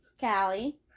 Callie